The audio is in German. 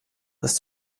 ist